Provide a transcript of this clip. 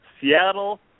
Seattle